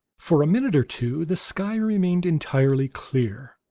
for a minute or two the sky remained entirely clear.